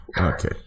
Okay